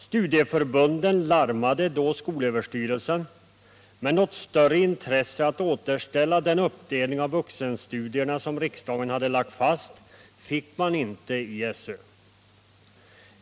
Studieförbunden larmade då skolöverstyrelsen, men något större intresse att återställa den uppdelning av vuxenstudierna som riksdagen lagt fast fann man inte hos SÖ.